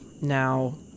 Now